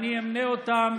אמנה אותם